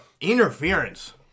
interference